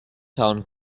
town